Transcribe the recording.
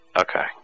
Okay